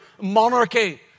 monarchy